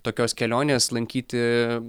tokios kelionės lankyti